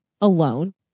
alone